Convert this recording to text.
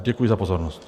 Děkuji za pozornost.